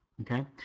Okay